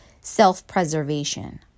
self-preservation